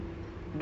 (uh huh)